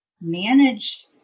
manage